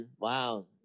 wow